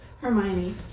Hermione